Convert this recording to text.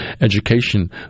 Education